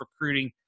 recruiting